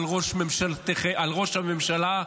על ראש הממשלה,